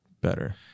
Better